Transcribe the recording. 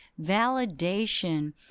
Validation